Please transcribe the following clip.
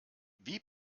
wie